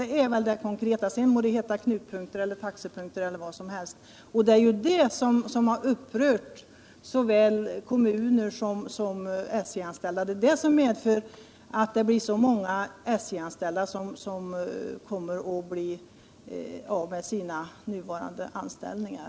Det är den konkreta följden av detta förslag, och sedan må det heta knutpunkter, taxepunkter eller vad som helst. Det är detta som har upprört såväl kommuner som SJ-anställda, och det är detta som kommer att medföra att så många SJ-anställda blir av med sina nuvarande anställningar.